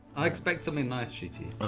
i expect something nice, ncuti. ah